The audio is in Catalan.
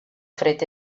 fred